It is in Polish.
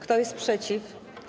Kto jest przeciw?